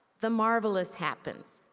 the marvelous happens.